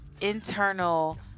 internal